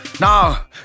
Now